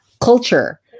culture